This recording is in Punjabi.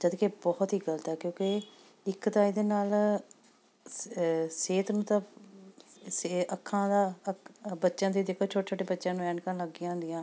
ਜਦੋਂ ਕਿ ਇਹ ਬਹੁਤ ਹੀ ਗਲਤ ਹੈ ਕਿਉਂਕਿ ਇੱਕ ਤਾਂ ਇਹਦੇ ਨਾਲ ਸਿਹਤ ਨੂੰ ਤਾਂ ਸੇ ਅੱਖਾਂ ਦਾ ਬੱਚਿਆਂ ਦੀ ਦੇਖੋ ਛੋਟੇ ਛੋਟੇ ਬੱਚਿਆਂ ਨੂੰ ਐਨਕਾਂ ਲੱਗੀਆਂ ਹੁੰਦੀਆਂ